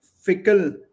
fickle